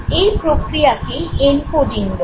এই প্রক্রিয়াকেই "এনকোডিং" বলে